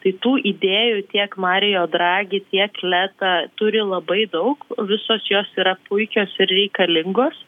tai tų idėjų tiek marijo dragi tiek leta turi labai daug visos jos yra puikios ir reikalingos